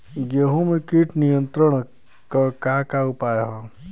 गेहूँ में कीट नियंत्रण क का का उपाय ह?